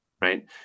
right